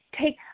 take